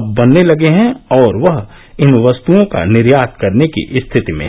अब बनने लगे हैं और वह इन वस्त्ओं का निर्यात करने की स्थिति में है